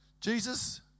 Jesus